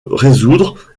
résoudre